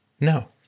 No